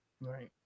Right